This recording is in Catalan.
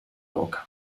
boca